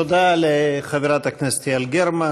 תודה לחברת הכנסת יעל גרמן.